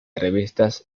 revistas